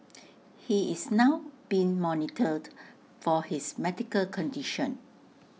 he is now being monitored for his medical condition